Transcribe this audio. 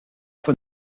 von